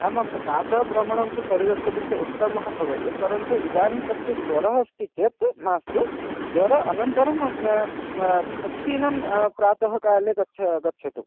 आम् आम् रात्रौ भ्रमणं तु शरीरस्य कृते उत्तमः भवति परन्तु इदानीं तस्य ज्वरः अस्ति चेत् मास्तु ज्वरानन्तरम् ब् प्रतिदिनं प्रातःकाले गच्छ गच्छतु